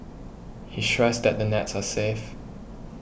he stressed that the nets are safe